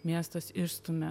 miestas išstumia